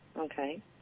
Okay